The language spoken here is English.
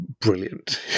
brilliant